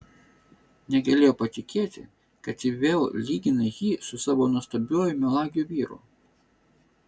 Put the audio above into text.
negalėjo patikėti kad ji vėl lygina jį su savo nuostabiuoju melagiu vyru